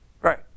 right